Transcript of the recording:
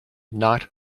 not